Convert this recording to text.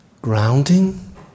grounding